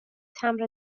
تمبر